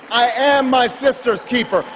i am my sister's keeper,